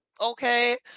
okay